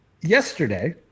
Yesterday